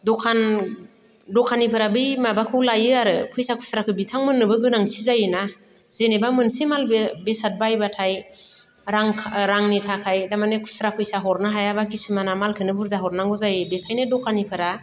दखान दखानिफोरा बै माबाखौ लायो आरो फैसा खुस्राखो बिथांमोननोबो गोनांथि जायोना जेनोबा मोनसे माल बेसाद बायब्लाथाय रां ओ रांनि थाखाय थारमाने खुस्रा फैसा हरनो हायाब्ला खिसुमाना मालखोनो बुरजा हरनांगौ जायो बेखायनो दखानिफोरनो